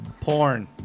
Porn